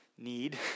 need